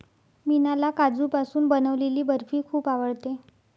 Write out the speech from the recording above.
मीनाला काजूपासून बनवलेली बर्फी खूप आवडते